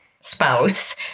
spouse